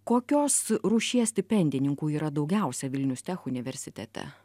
kokios rūšies stipendininkų yra daugiausia vilnius tech universitete